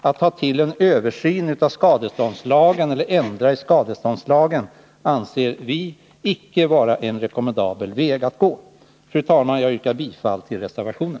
Att ta till en översyn av skadeståndslagen eller ändra i den anser vi icke vara en rekommendabel väg att gå. Fru talman! Jag yrkar bifall till reservationen.